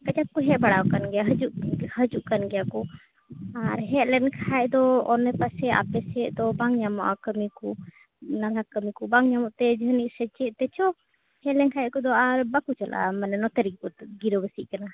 ᱠᱟᱡᱟᱠ ᱠᱚ ᱦᱮᱡ ᱵᱟᱲᱟ ᱟᱠᱟᱱ ᱜᱮᱭᱟ ᱦᱟᱹᱡᱩᱜ ᱦᱟᱹᱡᱩᱜ ᱠᱟᱱ ᱜᱮᱭᱟ ᱠᱚ ᱟᱨ ᱦᱮᱡ ᱞᱮᱱ ᱠᱷᱟᱡ ᱫᱚ ᱚᱱᱟ ᱯᱟᱥᱮᱡ ᱟᱯᱮ ᱥᱮᱡᱫᱚ ᱵᱟᱝ ᱧᱟᱢᱚᱜᱼᱟ ᱠᱟᱹᱢᱤ ᱠᱚ ᱱᱟᱞᱦᱟ ᱠᱟᱹᱢᱤ ᱠᱚ ᱵᱟᱝ ᱧᱟᱢᱚᱜ ᱛᱮ ᱡᱟᱹᱱᱤᱡ ᱥᱮᱪᱮᱫ ᱛᱮᱪᱚᱝ ᱦᱮᱡ ᱞᱮᱱᱠᱷᱟᱡ ᱠᱚᱫᱚ ᱟᱨ ᱵᱟᱠᱚ ᱪᱟᱞᱟᱜᱼᱟ ᱢᱟᱱᱮ ᱱᱚᱛᱮ ᱨᱤᱡ ᱠᱚᱫᱚ ᱜᱤᱨᱟᱹ ᱵᱟᱹᱥᱤᱜ ᱠᱟᱱᱟ